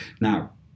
Now